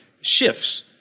shifts